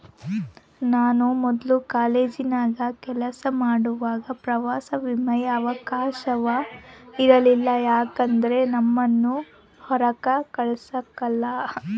ನಾನು ಮೊದ್ಲು ಕಾಲೇಜಿನಾಗ ಕೆಲಸ ಮಾಡುವಾಗ ಪ್ರವಾಸ ವಿಮೆಯ ಅವಕಾಶವ ಇರಲಿಲ್ಲ ಯಾಕಂದ್ರ ನಮ್ಮುನ್ನ ಹೊರಾಕ ಕಳಸಕಲ್ಲ